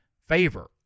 favor